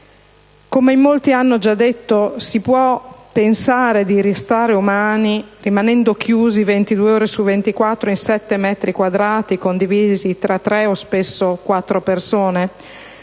Come in molti hanno già detto, si può pensare di rimanere umani restando chiusi 22 ore su 24 in sette metri quadrati condivisi tra tre o spesso quattro persone?